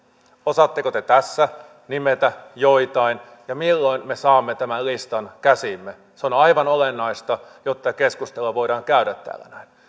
osaatteko te tässä nimetä joitain ja milloin me saamme tämän listan käsiimme se on on aivan olennaista jotta keskustelua voidaan käydä täällä näin